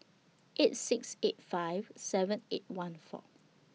eight six eight five seven eight one four